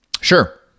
Sure